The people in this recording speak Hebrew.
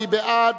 מי בעד?